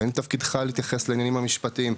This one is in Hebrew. ואין תפקידך להתייחס לעניינים המשפטיים.